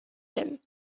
him